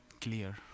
clear